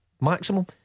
maximum